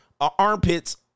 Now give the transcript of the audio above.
armpits